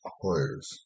players